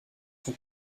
sont